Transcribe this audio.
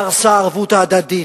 קרסה הערבות ההדדית,